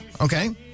Okay